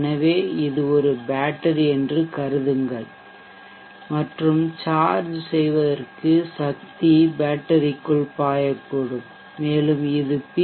எனவே இது ஒரு பேட்டரி என்று கருதுங்கள் மற்றும் சார்ஜ் செய்வதற்கு சக்தி பேட்டரிக்குள் பாயக்கூடும் மேலும் இது பி